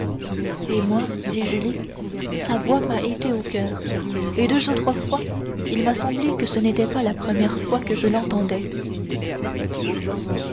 et moi dit julie sa voix m'a été au coeur et deux ou trois fois il m'a semblé que ce n'était pas la première fois que je l'entendais